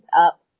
up